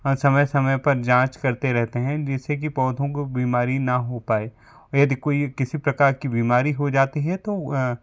समय समय पर जाँच करते रहते हैं जिससे कि पौधों को बीमारी न हो पाए यदि कोई किसी प्रकार की बीमारी हो जाती है तो